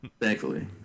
thankfully